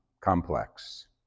complex